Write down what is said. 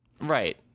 Right